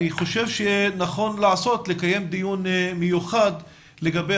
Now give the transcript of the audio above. אני חושב שנכון לקיים דיון מיוחד לגבי